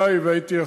בואו, אדוני,